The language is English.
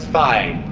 fine!